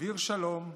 דביר שלום,